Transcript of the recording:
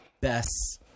best